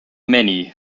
many